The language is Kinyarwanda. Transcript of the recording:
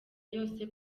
yose